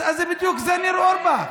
אז זה בדיוק ניר אורבך.